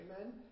amen